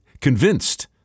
convinced